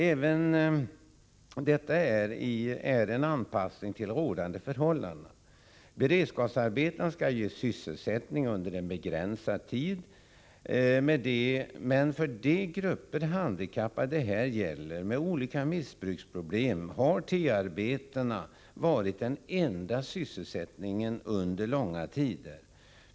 Även detta är en anpassning till rådande förhållanden. Beredskapsarbetena skall ju ge sysselsättning under en begränsad tid. Men för de grupper handikappade med olika missbruksproblem det här gäller har T 1-arbetena varit den enda sysselsättningen under långa tider.